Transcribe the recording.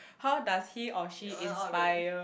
how does he or she inspire